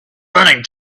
running